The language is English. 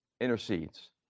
Intercedes